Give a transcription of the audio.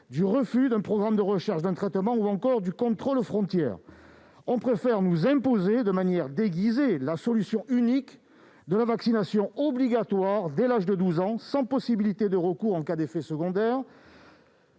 du refus d'un programme de recherche en vue de trouver un traitement, ou encore du contrôle aux frontières. On préfère nous imposer de manière déguisée la solution unique de la vaccination obligatoire dès l'âge de 12 ans, sans possibilité de recours en cas d'effets secondaires,